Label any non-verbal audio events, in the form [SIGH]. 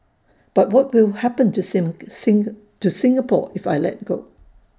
but what will happen to [UNINTELLIGIBLE] to Singapore if I let go